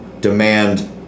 demand